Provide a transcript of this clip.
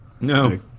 No